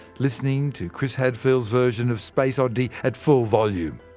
listening to chris hadfield's version of space oddity at full volume.